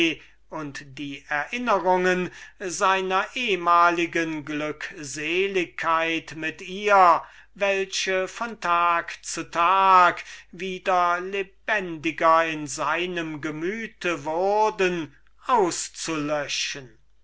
und die erinnerungen seiner ehmaligen glückseligkeit welche von tag zu tag wieder lebhafter in seinem gemüte wurden auszulöschen